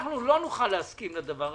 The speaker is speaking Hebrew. אנחנו לא נוכל להסכים לזה.